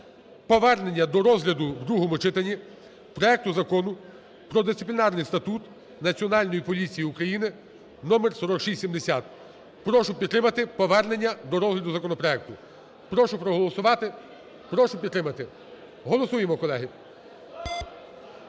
повернення до розгляду в другому читанні проекту Закону про Дисциплінарний статут Національної поліції України (№ 4670). Прошу підтримати повернення до розгляду законопроекту. Прошу проголосувати. Прошу підтримати. Голосуємо, колеги.